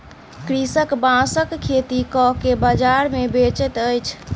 कृषक बांसक खेती कय के बाजार मे बेचैत अछि